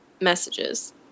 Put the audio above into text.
messages